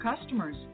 customers